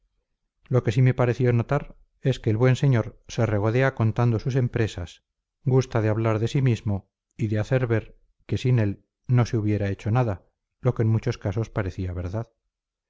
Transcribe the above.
lo que sí me pareció notar es que el buen señor se regodea contando sus empresas gusta de hablar de sí mismo y de hacer ver que sin él no se hubiera hecho nada lo que en muchos casos parecía verdad